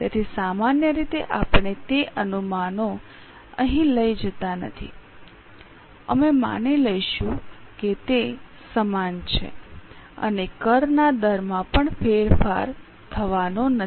તેથી સામાન્ય રીતે આપણે તે અનુમાનો અહીં લઈ જતાં નથી અમે માની લઈશું કે તે સમાન છે અને કરના દરમાં પણ ફેરફાર થવાનો નથી